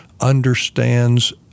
understands